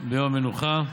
ביום מנוחה,